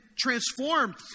transformed